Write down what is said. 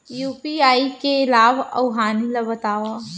UPI के लाभ अऊ हानि ला बतावव